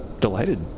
delighted